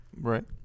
Right